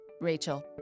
Rachel